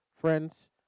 Friends